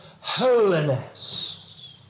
Holiness